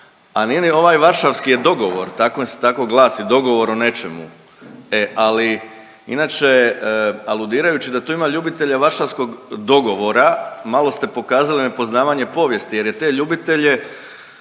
a nije ni ovaj varšavski je dogovor, tako glasi, dogovor o nečemu. E, ali, inače, aludirajući da tu ima ljubitelja varšavskog dogovora, malo ste pokazali nepoznavanje povijesti jer je te ljubitelje